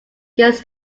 gets